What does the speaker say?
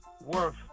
worth